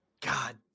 god